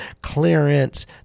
clearance